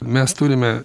mes turime